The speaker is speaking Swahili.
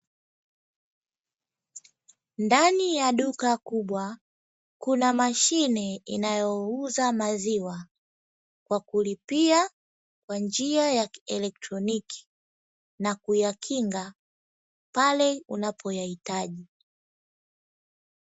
Ndani ya duka kubwa kuna mashine inayouza maziwa kwa kulipia kwa njia ya kielekroniki na kuyakinga pale unapoyahitaji.